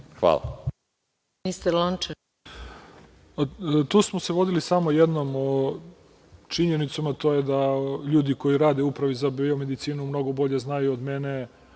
**Zlatibor Lončar** Tu smo se vodili samo jednom činjenicom, a to je da ljudi koji rade u Upravi za biomedicinu mnogo bolje znaju od mene